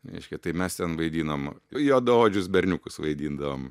reiškia tai mes ten vaidinom juodaodžius berniukus vaidindavom